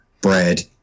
bread